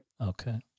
Okay